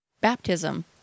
baptism